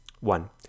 One